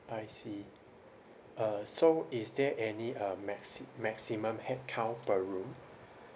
I see uh so is there any uh maxi~ maximum head count per room